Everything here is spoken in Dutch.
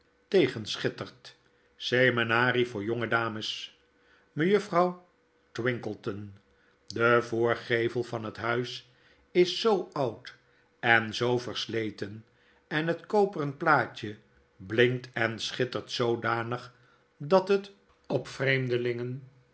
het opschrifttegenschittert seminarie voor jonge dames mejuffrouw twinkleton de voorgevel van het huis is zoo oud en zoo versleten en het koperen plaatje blinkt en schittert zoodanig dat het op vreemdeiingen